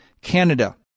Canada